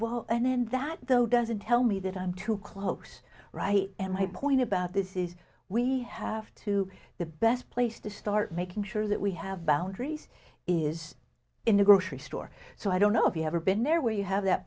well and that though doesn't tell me that i'm too close right and my point about this is we have to the best place to start making sure that we have boundaries is in the grocery store so i don't know if you haven't been there where you have that